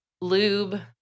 lube